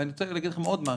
אני רוצה להגיד לכם עוד משהו: